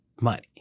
money